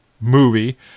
movie